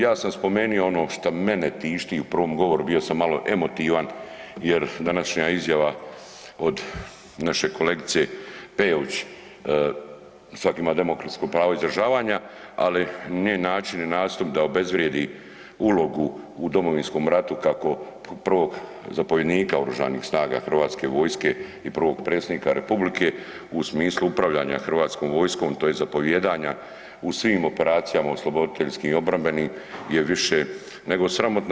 Ja sam spomenuo ono što mene tišti, u prvom govoru bio sam malo emotivan jer današnja izjava od naše kolegice Peović svatko ima demokratsko pravo izražavanja ali njen način i nastup da obezvrijedi ulogu u Domovinskom ratu kako prvog zapovjednika Oružanih snaga Hrvatske vojske i Prvog predsjednika Republike u smislu upravljanja Hrvatskom vojskom tj. zapovijedanja u svim operacijama osloboditeljskih obrambenih je više nego sramotno.